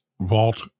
vault